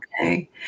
Okay